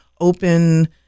Open